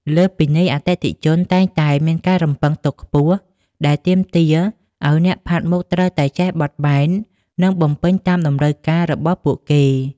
លើសពីនេះ អតិថិជនតែងតែមានការរំពឹងទុកខ្ពស់ ដែលទាមទារឱ្យអ្នកផាត់មុខត្រូវតែចេះបត់បែន និងបំពេញតាមតម្រូវការរបស់ពួកគេ។